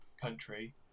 Country